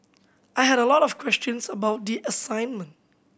I had a lot of questions about the assignment